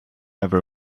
ever